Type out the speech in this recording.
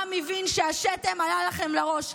העם הבין שהשתן עלה לכם לראש.